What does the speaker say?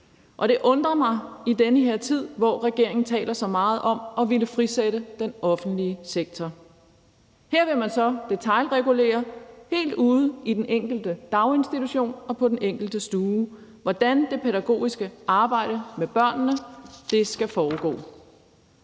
og det undrer mig i den her tid, hvor regeringen taler så meget om at ville frisætte den offentlige sektor. Her vil man så detailregulere helt ude i den enkelte daginstitution og på den enkelte stue, hvordan det pædagogiske arbejde med børnene skal foregå.